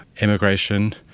immigration